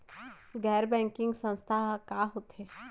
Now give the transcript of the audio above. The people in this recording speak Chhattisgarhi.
गैर बैंकिंग संस्था ह का होथे?